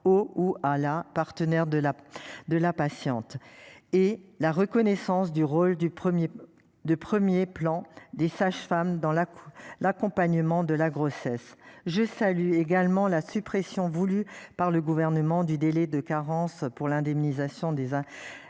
au ou à la partenaire de la de la patiente et la reconnaissance du rôle du premier de 1er plan des sages-femmes dans la cour, l'accompagnement de la grossesse. Je salue également la suppression voulue par le gouvernement du délai de carence pour l'indemnisation des hein.